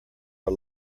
are